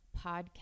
Podcast